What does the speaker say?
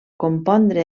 compondre